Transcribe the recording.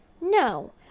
No